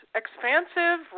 expansive